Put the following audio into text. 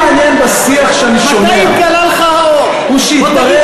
והחלק הכי מעניין בשיח שאני שומע הוא שהתברר